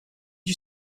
you